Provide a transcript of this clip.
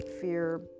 fear